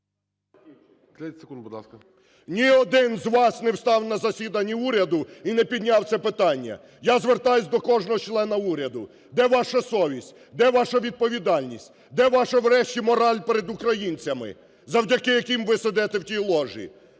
Ні один з вас не встав на засіданні уряду і не підняв це питання. Я звертаюся до кожного члена уряду: де ваша совість, де ваша відповідальність, де ваша врешті мораль перед українцями, завдяки яким ви сидите в тій ложі?